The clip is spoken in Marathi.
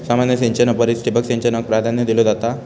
सामान्य सिंचना परिस ठिबक सिंचनाक प्राधान्य दिलो जाता